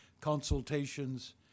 consultations